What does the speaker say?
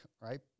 right